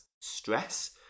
stress